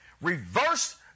reverse